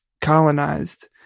colonized